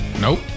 Nope